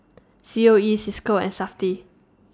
C O E CISCO and Safti